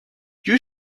you